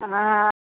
हँ